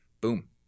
Boom